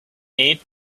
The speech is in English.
need